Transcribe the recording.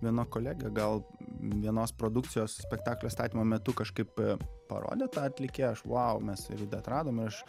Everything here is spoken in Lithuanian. viena kolegė gal vienos produkcijos spektaklio statymo metu kažkaip parodė tą atlikėją aš vau mes su airida atradom ir aš